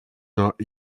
not